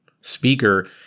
speaker